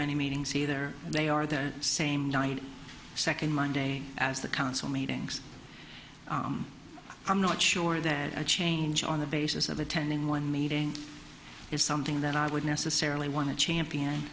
many meetings either and they are there same night second monday as the council meetings i'm not sure that a change on the basis of attending one meeting is something that i would necessarily want to champion